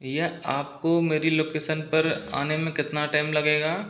भैया आपको मेरी लोकेसन पर आने में कितना टाइम लगेगा